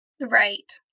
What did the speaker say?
Right